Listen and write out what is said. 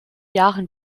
jahren